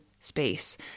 space